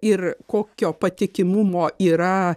ir kokio patikimumo yra